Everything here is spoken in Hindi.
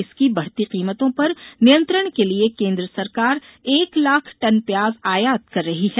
इसके बढ़ती कीमतों पर नियंत्रण के लिए केन्द्र सरकार एक लाख टन प्याज आयात कर रही है